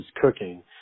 cooking